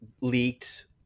leaked